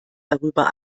darüber